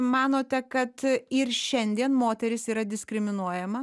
manote kad ir šiandien moteris yra diskriminuojama